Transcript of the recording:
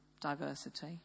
diversity